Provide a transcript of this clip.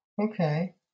Okay